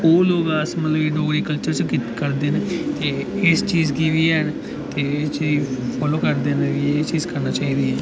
ओह् लोग अस डोगरी कल्चर च दिक्खा दे न की एह् इस चीज़ गी बी हैन ते इस चीज़ गी फॉलो करदे न की एह् चीज़ करना चाहिदी